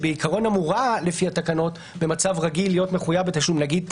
שאמורה לפי התקנות במצב רגיל להיות מחויב בתשלום נגיד,